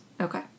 Okay